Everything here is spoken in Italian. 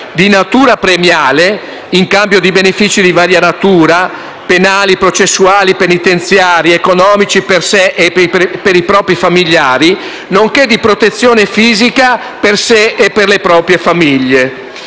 di natura premiale - in cambio di benefici di varia natura (penali, processuali, penitenziari ed economici), per sé e per i propri familiari - nonché di protezione fisica, per sé e per le proprie famiglie.